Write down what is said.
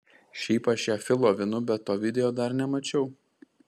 šiaip aš ją filovinu bet to video dar nemačiau